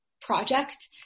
project